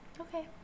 Okay